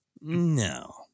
No